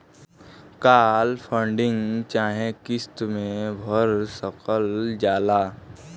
काल funding चाहे किस्त मे भर सकल जाला